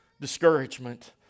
discouragement